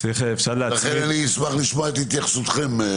לכן אני אשמח לשמוע את התייחסותכם.